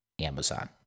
Amazon